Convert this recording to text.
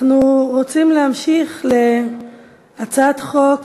אנחנו רוצים להמשיך להצעת חוק